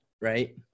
right